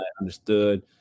understood